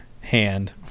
hand